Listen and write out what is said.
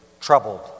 troubled